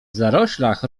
zaroślach